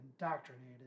indoctrinated